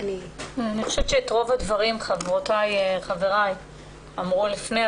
אני חושבת שאת רוב חברותיי וחבריי אמרו לפני.